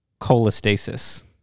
Cholestasis